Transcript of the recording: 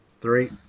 Three